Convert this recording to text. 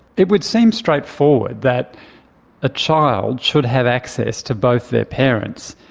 it would seem straightforward that a child should have access to both their parents.